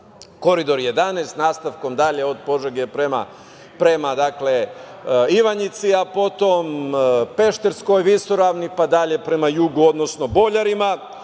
Koridor 11, nastavkom dalje od Požege prema Ivanjici, a potom Pešterskoj visoravni pa dalje prema jugu, odnosno Boljarima.